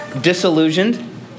disillusioned